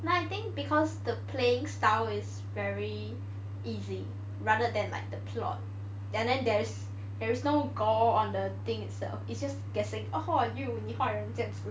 no I think because the playing style is very easy rather than like the plot then there's there's no gore on the thing itself is just guessing oh who are you 你坏人这样子